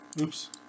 Oops